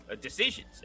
decisions